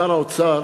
שר האוצר